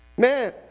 Man